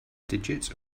digits